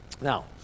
Now